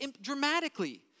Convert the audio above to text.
dramatically